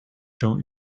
don’t